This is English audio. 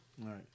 Right